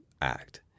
act